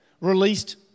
released